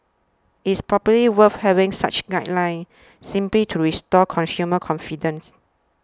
it is probably worth having such guidelines simply to restore consumer confidence